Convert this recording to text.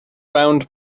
round